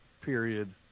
period